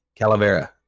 Calavera